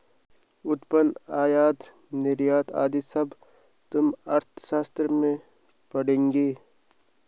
उत्पादन, आयात निर्यात आदि सब तुम अर्थशास्त्र में पढ़ोगे